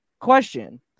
Question